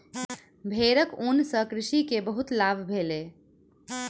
भेड़क ऊन सॅ कृषक के बहुत लाभ भेलै